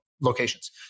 locations